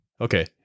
okay